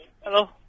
Hello